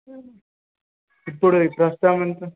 ఇప్పుడు ప్రస్తుతం ఎంత